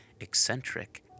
eccentric